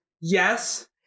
Yes